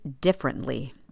differently